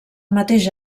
mateix